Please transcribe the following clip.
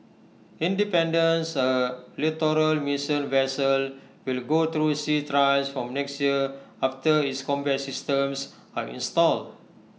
independence A littoral mission vessel will go through sea trials from next year after its combat systems are installed